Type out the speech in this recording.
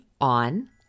on